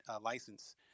license